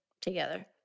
together